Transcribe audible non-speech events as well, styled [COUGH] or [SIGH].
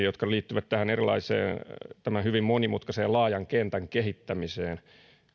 [UNINTELLIGIBLE] jotka liittyvät tämän hyvin monimutkaisen ja laajan kentän kehittämiseen